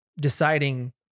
deciding